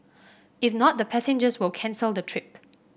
if not the passengers will cancel the trip